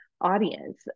audience